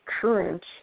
current